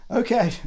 okay